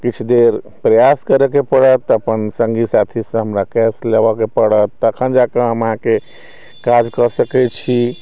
किछु देर प्रयास करैके पड़त अपन सङ्गी साथीसँ हमरा कैश लेबऽके पड़त तखन जाके हम अहाँके काज कऽ सकै छी